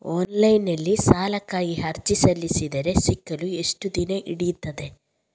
Online ನಲ್ಲಿ ಸಾಲಕ್ಕಾಗಿ ಅರ್ಜಿ ಸಲ್ಲಿಸಿದರೆ ಸಿಗಲು ಎಷ್ಟು ದಿನ ಹಿಡಿಯುತ್ತದೆ?